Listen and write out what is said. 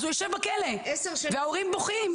אז הוא יושב בכלא וההורים בוכים,